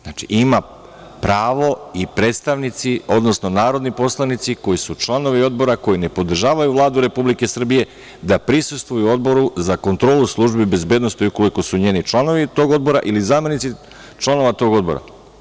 Znači, imaju pravo i predstavnici, odnosno narodni poslanici koji su članovi odbora, koji ne podržavaju Vladu Republike Srbije, da prisustvuju Odboru za kontrolu službi bezbednosti ukoliko su članovi odbori ili zamenici članova tog odbora.